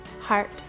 heart